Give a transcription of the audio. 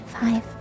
Five